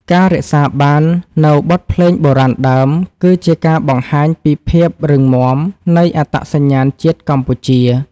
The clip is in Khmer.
ការរក្សាបាននូវបទភ្លេងបុរាណដើម គឺជាការបង្ហាញពីភាពរឹងមាំនៃអត្តសញ្ញាណជាតិកម្ពុជា។